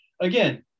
again